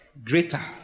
Greater